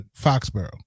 Foxborough